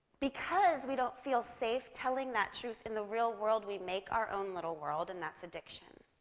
because we don't feel safe telling that truth in the real world, we make our own little world, and that's addiction.